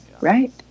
Right